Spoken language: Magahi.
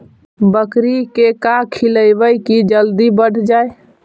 बकरी के का खिलैबै कि जल्दी बढ़ जाए?